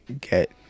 get